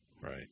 Right